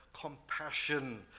compassion